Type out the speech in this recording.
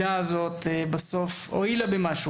הכבדה הזאת בסוף הואילה במשהו?